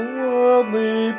worldly